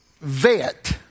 vet